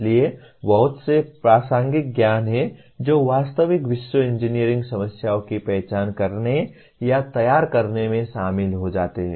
इसलिए बहुत से प्रासंगिक ज्ञान हैं जो वास्तविक विश्व इंजीनियरिंग समस्याओं की पहचान करने या तैयार करने में शामिल हो जाते हैं